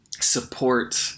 Support